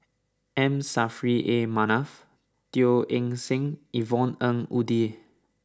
M Saffri A Manaf Teo Eng Seng Yvonne Ng Uhde